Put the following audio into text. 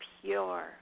pure